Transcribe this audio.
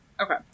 Okay